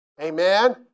Amen